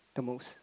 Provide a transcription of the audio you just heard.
the most